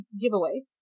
giveaway